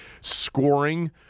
scoring